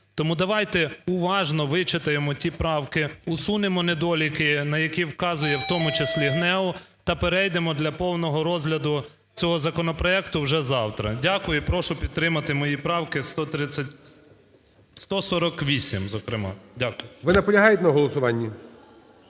Тому давайте уважно вичитаємо ті правки, усунемо недоліки, на які вказує в тому числі ГНЕУ, та перейдемо для повного розгляду цього законопроекту вже завтра. Дякую і прошу підтримати мої правки… 148, зокрема. Дякую.